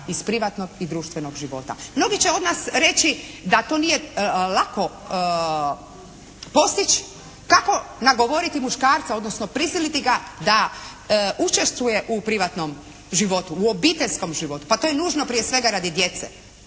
iz privatnog i društvenog života. Mnogi će od nas reći da to nije lako postići, kako nagovoriti muškarca odnosno prisiliti ga da učestvuje u privatnom životu, u obiteljskom životu? Pa to je nužno prije svega radi djece.